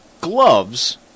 gloves